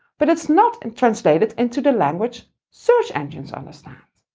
but it's not and translated into the language search engines understand.